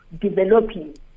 developing